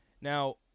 now